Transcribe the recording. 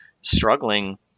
struggling